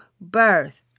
birth